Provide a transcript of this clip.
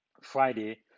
Friday